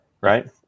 right